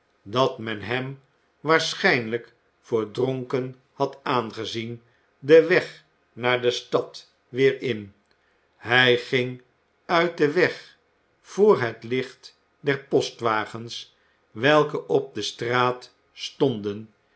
dat men hem waarschijnlijk voor dronken had aangezien den weg naar de stad weer in hij ging uit den weg voor het licht der postwagens welke op de straat stonden